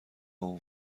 اون